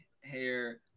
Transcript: hair